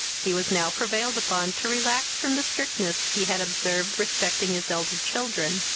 he was now prevailed upon to relax from the strictness he had observed respecting his elder children,